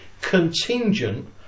contingent